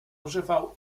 używał